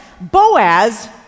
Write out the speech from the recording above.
Boaz